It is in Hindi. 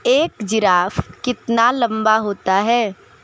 एक जिराफ कितना लंबा होता है